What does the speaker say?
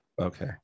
okay